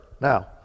Now